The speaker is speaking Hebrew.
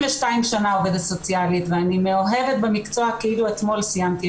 אני 32 שנה עובדת סוציאלית ואני מאוהבת במקצוע כאילו אתמול סיימתי